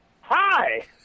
Hi